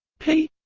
p